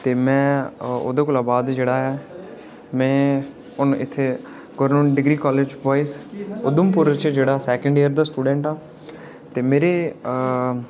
ते में ओह्दे कोला बाद जेह्डा ऐ में हुन इत्थै डिग्री काॅलेज बाॅयज उधमपुर च जेह्ड़ा सैकंड ईयर दा स्टूडेंट हां मेरे